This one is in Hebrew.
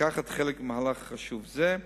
לקחת חלק במאבק חשוב זה.